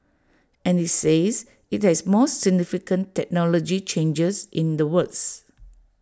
and IT says IT has more significant technology changes in the works